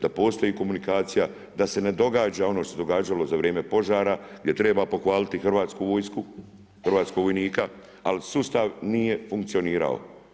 Da postoji komunikacija, da se ne događa ono što se događalo za vrijeme požara, gdje treba pohvaliti hrvatsku vojsku, hrvatskog vojnika, ali sustav nije funkcionirao.